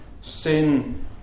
Sin